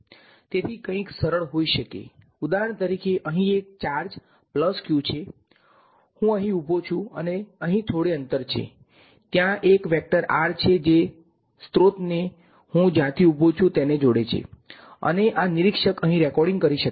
તેથી કંઈક સરળ હોઈ શકે છે ઉદાહરણ તરીકે અહીં એક ચાર્જ પ્લસ q છે અને હું અહીં ઉભો છું અને અહીં થોડો અંતર છે ત્યાં એક વેક્ટર r છે જે સ્ત્રોતને હું જ્યાંથી ઉભો છુ તેને જોડે છે અને આ નિરીક્ષક અહીં રેકોર્ડિંગ કરી શકે છે